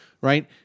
Right